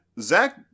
Zach